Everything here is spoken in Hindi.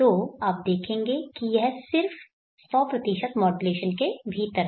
तो आप देखेंगे कि यह सिर्फ 100 मॉड्यूलेशन के भीतर है